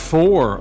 Four